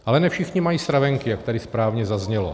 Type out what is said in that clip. Ale ne všichni mají stravenky, jak tady správně zaznělo.